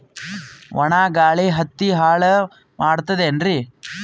ಒಣಾ ಗಾಳಿ ಹತ್ತಿ ಹಾಳ ಮಾಡತದೇನ್ರಿ?